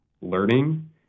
learning